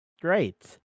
Great